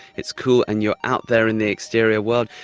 it's cool, and you're out there in the exterior world,